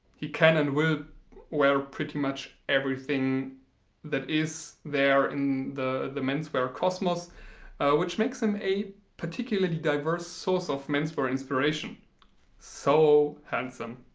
he can and will wear pretty much everything that is there in the the menswear cosmos which makes him a particularly diverse source of menswear inspiration so handsome